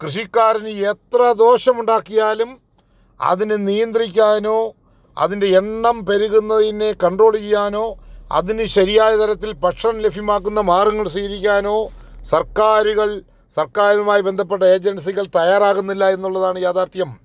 കൃഷിക്കാരന് എത്ര ദോഷമുണ്ടാക്കിയാലും അതിനെ നിയന്ത്രിക്കാനോ അതിൻ്റെ എണ്ണം പെരുകുന്നതിനെ കണ്ട്രോള് ചെയ്യാനോ അതിന് ശരിയായ തരത്തിൽ ഭക്ഷണം ലഭ്യമാക്കുന്ന മാർഗങ്ങൾ സ്വീകരിക്കാനോ സർക്കാരുകൾ സർക്കാരുമായി ബന്ധപ്പെട്ട ഏജൻസികൾ തയാറാകുന്നില്ല എന്നുള്ളതാണ് യാഥാർഥ്യം